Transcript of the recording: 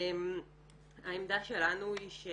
ואני גם שמחה שאנחנו כלשכת עורכי הדין